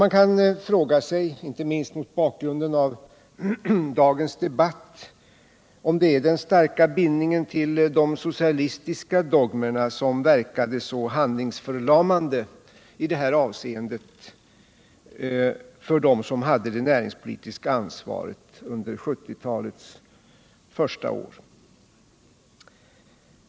Man kan fråga sig, inte minst mot bakgrund av dagens debatt, om det är den starka bindningen till de socialistiska dogmerna som har verkat så handlingsförlamande i detta avseende på dem som hade det näringspolitiska ansvaret under 1970-talets första år.